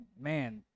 man